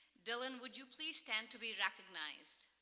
dylan, would you please stand to be recognized?